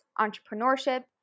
entrepreneurship